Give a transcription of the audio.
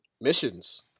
missions